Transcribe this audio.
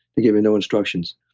they're given no instructions.